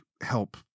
help